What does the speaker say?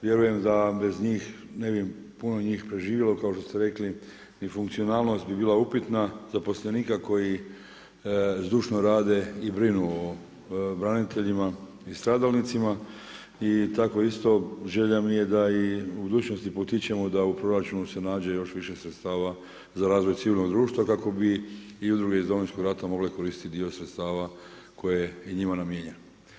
Vjerujem da bez njih ne bi puno njih preživjelo kao što ste rekli i funkcionalnost bi bila upitna zaposlenika koji zdušno rade i brinu o branitelja i stradalnicima i tako isto želja mi je da i u budućnosti potičemo da u proračunu se nađe još više sredstava za razvoj civilnog društva kako bi i udruge iz Domovinskog rata mogle koristiti dio sredstava koje je njima namijenjeno.